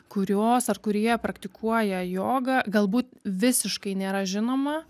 kurios ar kurie praktikuoja jogą galbūt visiškai nėra žinoma